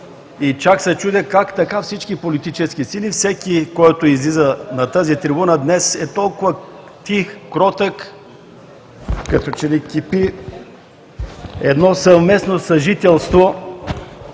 и чак се чудя как така всички политически сили, всеки, който излиза на тази трибуна днес, е толкова тих, кротък, като че ли кипи едно съвместно съжителство.